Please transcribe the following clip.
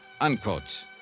unquote